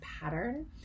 pattern